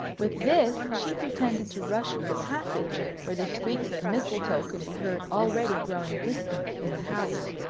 with this, she pretended to rush for the passage, where the squeaks of mistletoe could be heard already growing distant in the house.